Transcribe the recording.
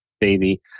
baby